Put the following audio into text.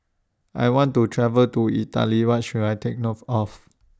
I want to travel to Italy What should I Take note of